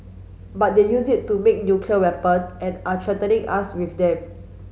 but they used it to make nuclear weapon and are threatening us with them